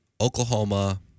Oklahoma